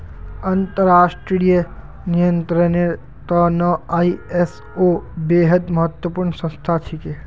अंतर्राष्ट्रीय नियंत्रनेर त न आई.एस.ओ बेहद महत्वपूर्ण संस्था छिके